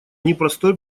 непростой